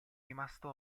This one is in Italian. rimasto